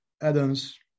Adams